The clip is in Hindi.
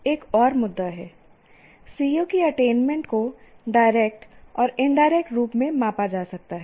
एक और मुद्दा है CO की अटेनमेंट को डायरेक्ट और इनडायरेक्ट रूप से मापा जा सकता है